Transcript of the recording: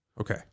Okay